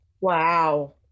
Wow